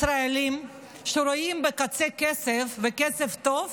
ישראלים שרואים בקצה כסף וכסף טוב,